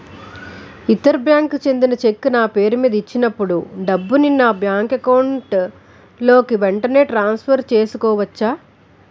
ఇతర బ్యాంక్ కి చెందిన చెక్ నా పేరుమీద ఇచ్చినప్పుడు డబ్బుని నా బ్యాంక్ అకౌంట్ లోక్ వెంటనే ట్రాన్సఫర్ చేసుకోవచ్చా?